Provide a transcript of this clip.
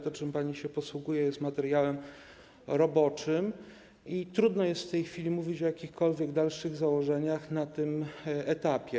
To, czym pani się posługuje, jest materiałem roboczym i trudno jest w tej chwili mówić o jakichkolwiek dalszych założeniach na tym etapie.